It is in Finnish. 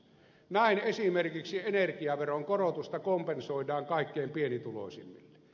näin esimerkiksi energiaveron korotusta kompensoidaan kaikkein pienituloisimmille